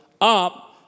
up